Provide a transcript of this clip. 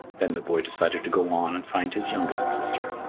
then the boy decided to go on and find his youngest sister.